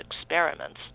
Experiments